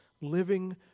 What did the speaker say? living